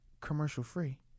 commercial-free